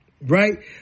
Right